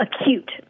acute